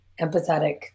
empathetic